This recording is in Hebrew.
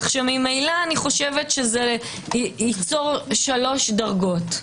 כך שממילא זה ייצור שלוש דרגות.